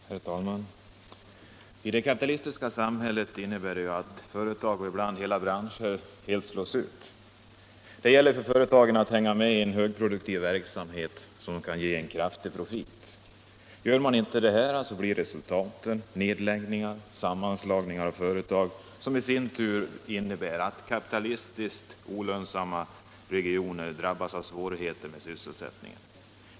Herr talman! Det kapitalistiska samhället innebär att företag och ibland hela branscher slås ut. Det gäller för företagen att hänga med i en högproduktiv verksamhet som skall ge kraftig profit. Gör man inte detta blir resultaten nedläggningar eller sammanslagningar av företag, som i sin tur innebär att kapitalistiskt olönsamma regioner drabbas av svårigheter med sysselsättningen.